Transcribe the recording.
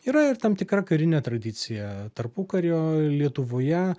yra ir tam tikra karinė tradicija tarpukario lietuvoje